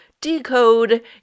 decode